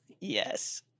Yes